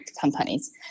companies